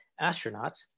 astronauts